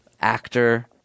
actor